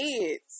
kids